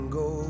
go